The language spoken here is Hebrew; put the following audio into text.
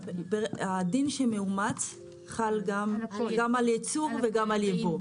הדין של מאומץ חל גם על ייצור וגם על ייבוא.